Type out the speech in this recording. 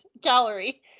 gallery